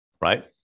right